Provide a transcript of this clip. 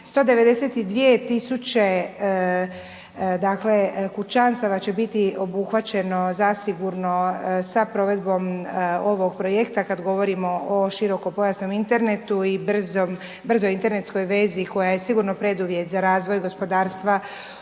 192 000, dakle, kućanstava će biti obuhvaćeno zasigurno sa provedbom ovog projekta kad govorimo o širokopojasnom internetu i brzoj internetskoj vezi koja je sigurno preduvjet za razvoj gospodarstva